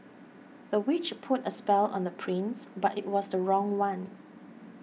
the witch put a spell on the prince but it was the wrong one